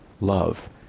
Love